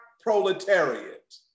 proletariat